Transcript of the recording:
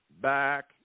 Back